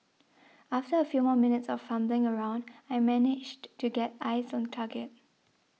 after a few more minutes of fumbling around I managed to get eyes on target